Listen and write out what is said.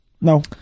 No